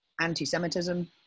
anti-Semitism